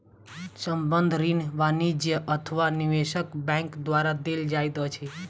संबंद्ध ऋण वाणिज्य अथवा निवेशक बैंक द्वारा देल जाइत अछि